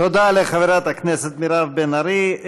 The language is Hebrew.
תודה לחברת הכנסת מירב בן ארי.